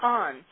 on